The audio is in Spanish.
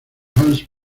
hans